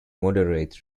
moderate